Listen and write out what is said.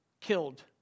Killed